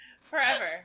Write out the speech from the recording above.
Forever